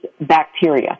bacteria